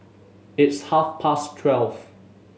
its half past twelve